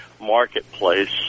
Marketplace